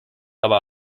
aber